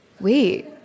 wait